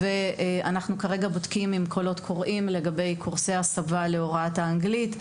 כרגע אנחנו בודקים קולות קוראים לגבי קורסי הסבה להוראת אנגלית,